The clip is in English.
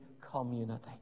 community